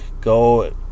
Go